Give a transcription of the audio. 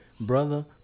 brother